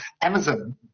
Amazon